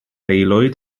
aelwyd